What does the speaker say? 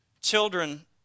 Children